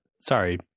sorry